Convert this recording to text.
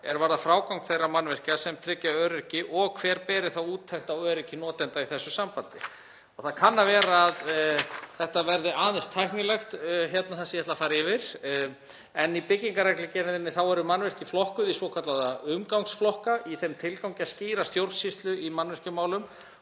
vegar frágang þeirra mannvirkja sem tryggir öryggi og hver beri þá ábyrgð á úttekt á öryggi notenda í þessu sambandi. Það kann að vera að þetta verði aðeins tæknilegt sem ég ætla að fara yfir. Í byggingarreglugerð eru mannvirki flokkuð í svokallaða umgangsflokka í þeim tilgangi að skýra stjórnsýslu í mannvirkjamálum